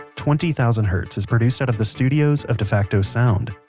twenty thousand hertz is produced out of the studios of defacto sound.